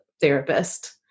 therapist